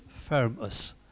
firmus